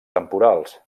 temporals